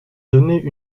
donnaient